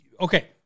Okay